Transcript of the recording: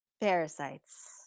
Parasites